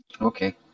Okay